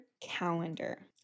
calendar